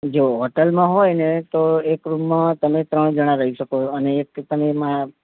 જો હોટેલમાં હોય ને તો એક રૂમમાં તમે ત્રણ જણ રહી શકો અને તમે એમાં